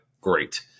Great